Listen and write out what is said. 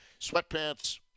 sweatpants